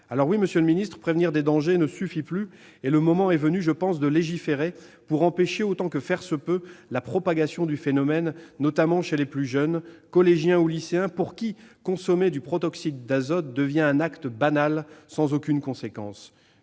interdit. Monsieur le secrétaire d'État, prévenir des dangers ne suffit plus. Le moment est venu, je pense, de légiférer pour empêcher autant que faire se peut la propagation du phénomène, notamment chez les plus jeunes, collégiens ou lycéens, pour qui consommer du protoxyde d'azote devient un acte banal, sans aucune conséquence.